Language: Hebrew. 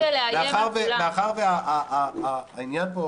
אני חושב שהדבר הזה --- אתם כל הזמן עסוקים בלאיים על כולם.